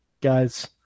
guys